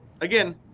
Again